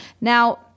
Now